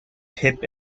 pip